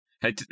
Hey